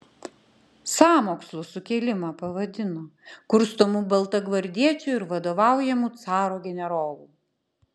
sąmokslu sukilimą pavadino kurstomu baltagvardiečių ir vadovaujamu caro generolų